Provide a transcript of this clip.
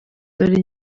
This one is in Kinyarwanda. dore